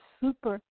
super